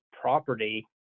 property